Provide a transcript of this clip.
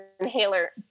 inhaler